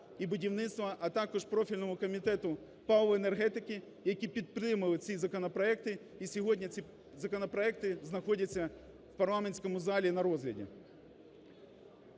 і будівництва, а також профільному Комітету палива і енергетики, які підтримали ці законопроекти, і сьогодні ці законопроекти знаходяться в парламентському залі на розгляді.